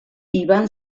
iban